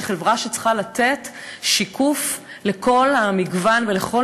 של חברה שצריכה לתת שיקוף לכל המגוון ולכל